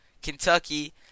Kentucky